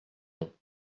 non